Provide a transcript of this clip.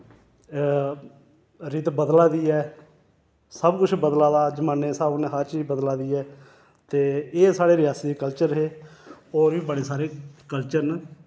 रित्त बदला दी ऐ सब कुछ बदला दा जमाने दे स्हाब कन्नै हर चीज बदला दी ऐ ते एह् साढ़े रेआसी दे कल्चर हे होर बी बड़े सारे कल्चर न